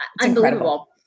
unbelievable